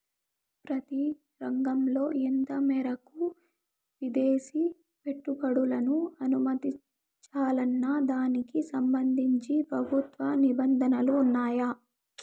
ప్రతి రంగంలో ఎంత మేరకు విదేశీ పెట్టుబడులను అనుమతించాలన్న దానికి సంబంధించి ప్రభుత్వ నిబంధనలు ఉన్నాయా?